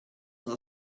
are